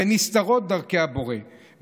ונסתרות דרכי הבורא,